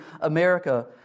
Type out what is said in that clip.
America